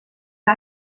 que